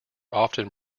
often